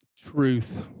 truth